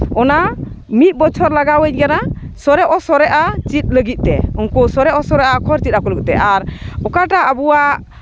ᱚᱱᱟ ᱢᱤᱫ ᱵᱚᱪᱷᱚᱨ ᱞᱟᱜᱟᱣ ᱟᱹᱧ ᱠᱟᱱᱟ ᱥᱚᱨᱮ ᱚ ᱥᱚᱨᱮᱜᱼᱟ ᱪᱮᱫ ᱞᱟᱹᱜᱤᱫ ᱛᱮ ᱩᱱᱠᱩ ᱩᱥᱟᱹᱨᱟ ᱩᱥᱟᱹᱨᱟ ᱚᱠᱠᱷᱚᱨ ᱪᱮᱫ ᱟᱠᱚ ᱞᱟᱹᱜᱤᱫ ᱛᱮ ᱟᱨ ᱚᱠᱟᱴᱟᱜ ᱟᱵᱚᱣᱟᱜ